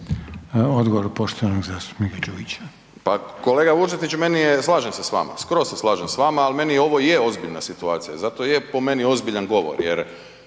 Odgovor poštovanog zastupnika Đujića. **Đujić, Saša (SDP)** Pa kolega Vučetiću, meni je, slažem se s vama, skroz se slažem s vama, ali meni ovo i je ozbiljna situacija. Zato je po meni ozbiljan govor jer